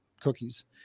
cookies